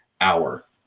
hour